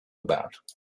about